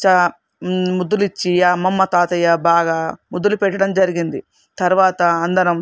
ముద్దులు ఇచ్చి అమ్మమ్మ తాతయ్య బాగా ముద్దులు పెట్టడం జరిగింది తర్వాత అందరం